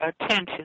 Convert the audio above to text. attention